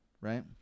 right